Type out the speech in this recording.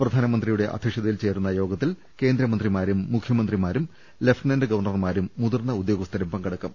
പ്രധാനമന്ത്രിയുടെ അധ്യക്ഷതയിൽ ചേരുന്ന യോഗ ത്തിൽ കേന്ദ്രമന്ത്രിമാരും മുഖ്യമന്ത്രിമാരും ലഫ്റ്റനന്റ് ഗവർണർമാരും മുതിർന്ന ഉദ്യോഗസ്ഥരും പങ്കെടുക്കും